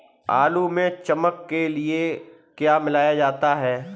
आलू में चमक के लिए क्या मिलाया जाता है?